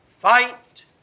Fight